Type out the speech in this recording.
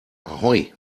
ahoi